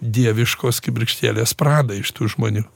dieviškos kibirkštėlės pradą iš tų žmonių